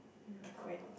with your friend